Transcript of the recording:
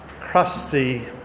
crusty